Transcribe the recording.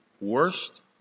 worst